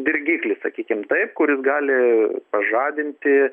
dirgiklis sakykim taip kuris gali pažadinti